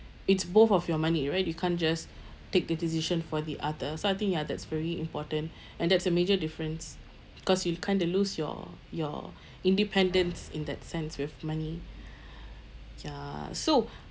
it's both of your money right you can't just take the decision for the other so I think ya that's very important and that's a major difference because you kind of lose your your independence in that sense with money ya so